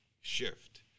shift